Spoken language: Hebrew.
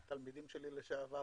תלמידים שלי לשעבר.